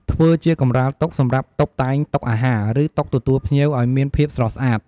ធ្វើជាកម្រាលតុសម្រាប់តុបតែងតុអាហារ ឬតុទទួលភ្ញៀវឱ្យមានភាពស្រស់ស្អាត។